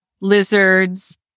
lizards